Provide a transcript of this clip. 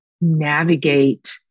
navigate